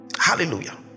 hallelujah